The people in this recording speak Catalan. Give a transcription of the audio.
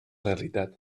realitat